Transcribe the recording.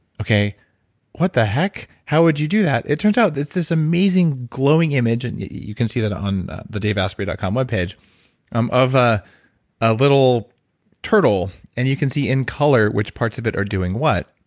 what the heck? how would you do that? it turns out this this amazing glowing image and you you can see that on the daveasprey dot com webpage um of ah a little turtle and you can see in color which parts of it are doing what.